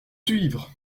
suivre